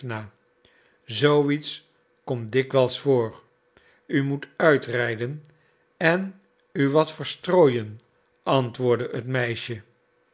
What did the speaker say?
iets komt dikwijls voor u moet uitrijden en u wat verstrooien antwoordde het meisje